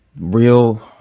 real